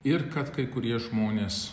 ir kad kai kurie žmonės